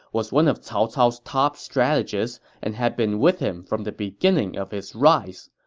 was one of cao cao's top strategists and had been with him from the beginning of his rise.